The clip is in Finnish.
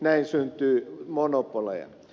näin syntyy monopoleja